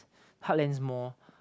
heartlands mall